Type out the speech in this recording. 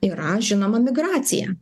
yra žinoma migracija